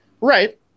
right